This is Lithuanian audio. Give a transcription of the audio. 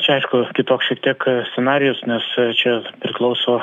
čia aišku kitoks šiek tiek scenarijus nes čia priklauso